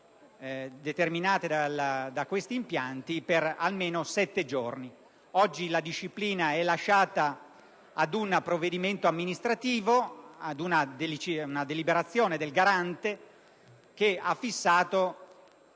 determinate da questi impianti per almeno sette giorni. Oggi la disciplina è lasciata ad un provvedimento amministrativo, ad una deliberazione del Garante, che ha fissato